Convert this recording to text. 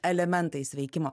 elementais veikimo